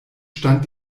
stand